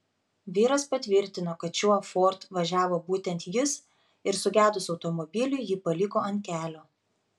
vyras patvirtino kad šiuo ford važiavo būtent jis ir sugedus automobiliui jį paliko ant kelio